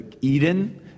Eden